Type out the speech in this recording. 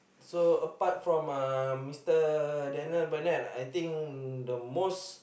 so apart from uh Mister Daniel-Bennett I think the most